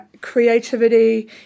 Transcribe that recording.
creativity